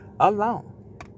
alone